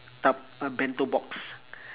tup~ a bento box